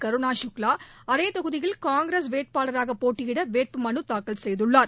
கருணா சுக்வா அதே தொகுதியில் காங்கிரஸ் வேட்பாளராக போட்டியிட வேட்புமனுத்தாக்கல் செய்துள்ளார்